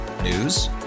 News